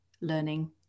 learning